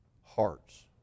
hearts